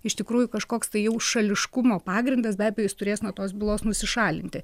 iš tikrųjų kažkoks tai jau šališkumo pagrindas be abejo jis turės nuo tos bylos nusišalinti